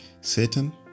Satan